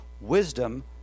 Wisdom